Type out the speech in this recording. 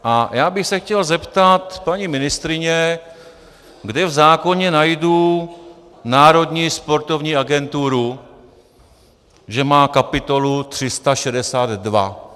A já bych se chtěl zeptat paní ministryně, kde v zákoně najdu Národní sportovní agenturu, že má kapitolu 362.